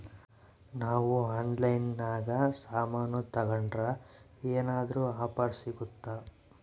ನಾವು ಆನ್ಲೈನಿನಾಗ ಸಾಮಾನು ತಗಂಡ್ರ ಏನಾದ್ರೂ ಆಫರ್ ಸಿಗುತ್ತಾ?